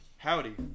Howdy